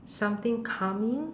something calming